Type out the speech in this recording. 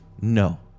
No